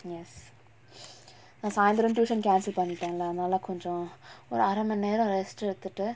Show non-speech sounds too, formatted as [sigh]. yes [breath] நா சாய்ந்தரோ:naa saaintharo tuition ah cancel பண்ணிடல அதனால கொஞ்சோ ஒரு அரமணி நேரோ:pannidala athanaala konjo oru aramani nero rest எடுத்துட்டு:eduthuttu